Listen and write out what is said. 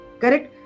Correct